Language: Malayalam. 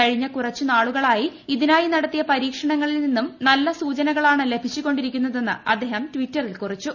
കഴിഞ്ഞ കുറച്ചു നാളുകളായി ഇതിനായി നടത്തിയ പരീക്ഷണങ്ങളിൽ നിന്നും നല്ല സൂചനകളാണ് ലഭിച്ചുകൊണ്ടിരിക്കുന്നതെന്ന് അദ്ദേഹം ട്വിറ്ററിൽ കുറിച്ചു